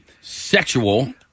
sexual